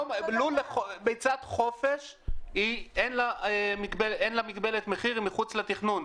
לביצת חופש אין מגבלת מחיר מחוץ לתכנון.